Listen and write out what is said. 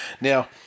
Now